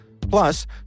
Plus